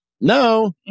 no